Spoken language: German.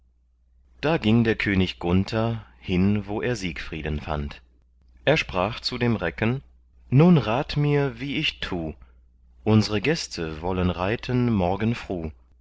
da ging der könig gunther hin wo er siegfrieden fand er sprach zu dem recken nun rat mir wie ich tu unsre gäste wollen reiten morgen fruh